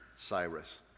Cyrus